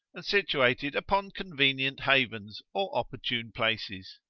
and situated upon convenient havens, or opportune places.